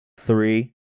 three